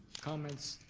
comments?